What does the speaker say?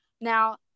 now